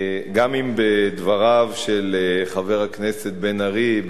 גם אם בדבריו של חבר הכנסת בן-ארי,